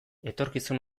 etorkizun